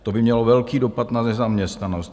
To by mělo velký dopad na nezaměstnanost.